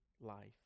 life